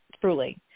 truly